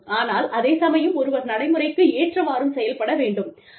ஆனால் அதே சமயம் ஒருவர் நடைமுறைக்கு ஏற்றவாறும் செயல்பட வேண்டும்